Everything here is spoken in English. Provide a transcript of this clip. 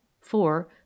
four